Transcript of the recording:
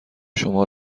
شما